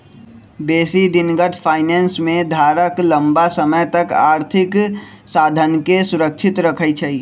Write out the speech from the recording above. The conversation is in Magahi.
बेशी दिनगत फाइनेंस में धारक लम्मा समय तक आर्थिक साधनके सुरक्षित रखइ छइ